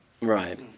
Right